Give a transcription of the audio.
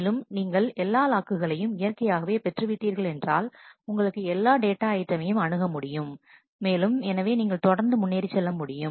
மேலும் நீங்கள் எல்லா லாக்குகளையும் இயற்கையாகவே பெற்று விட்டீர்கள் என்றால் உங்களுக்கு எல்லா டேட்டா ஐட்டமையும் அணுகமுடியும் மேலும் எனவே நீங்கள் தொடர்ந்து முன்னேறிச் செல்ல முடியும்